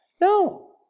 No